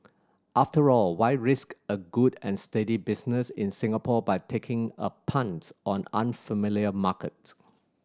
after all why risk a good and steady business in Singapore by taking a punt on an unfamiliar market